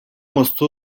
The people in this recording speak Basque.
moztu